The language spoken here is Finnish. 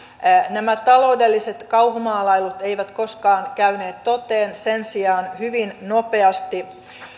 nämä taloudelliset kauhumaalailut eivät koskaan käyneet toteen sen sijaan hyvin nopeasti